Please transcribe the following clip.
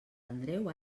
andreu